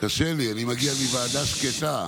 קשה לי, אני מגיע מוועדה שקטה.